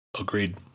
Agreed